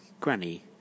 Granny